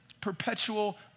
perpetual